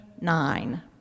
nine